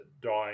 dying